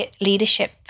leadership